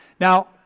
Now